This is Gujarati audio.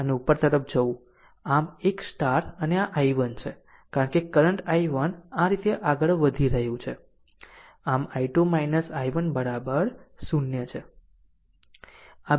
અને ઉપર તરફ જવું આમ 1 અને આ i1 છે કારણ કે કરંટ i1 આ રીતે આગળ વધી રહ્યું છે આમ i2 i1 0 છે